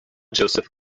joseph